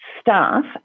staff